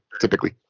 typically